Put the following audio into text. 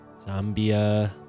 Zambia